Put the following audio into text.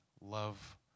love